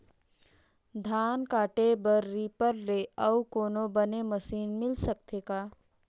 धान काटे बर रीपर ले अउ कोनो बने मशीन मिल सकथे का?